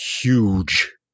huge